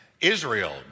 Israel